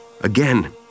Again